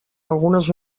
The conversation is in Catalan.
algunes